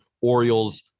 Orioles